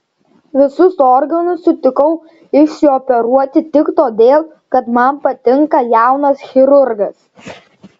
visus organus sutikau išsioperuoti tik todėl kad man patinka jaunas chirurgas